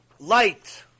Light